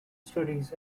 studies